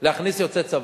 להכניס יוצאי צבא.